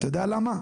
אתה יודע למה?